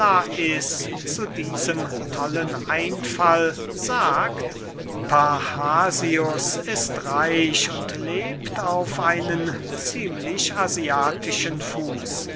lais zu diesem tollen einfall sagt parrhasius ist reich und lebt auf einen ziemlich asiatischen fuß